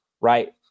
right